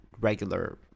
regular